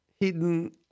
Hidden